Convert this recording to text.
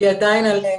אל חיר.